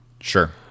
Sure